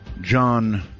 John